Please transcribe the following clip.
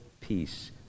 peace